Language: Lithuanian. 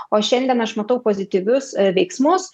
o šiandien aš matau pozityvius veiksmus